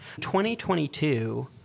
2022